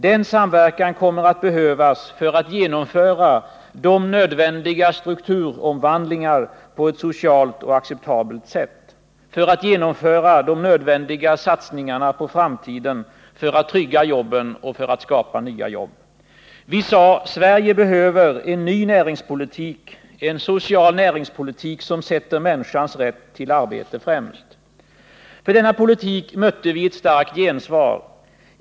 Denna samverkan kommer att behövas för att genomföra de nödvändiga strukturomvandlingarna på ett socialt acceptabelt sätt, för att genomföra de nödvändiga satsningarna på framtiden, för att trygga jobben och skapa nya jobb. Vi sade: Sverige behöver en ny näringspolitik, en social näringspolitik som sätter människans rätt till arbete främst. För denna politik mötte vi ett starkt gensvar.